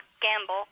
Gamble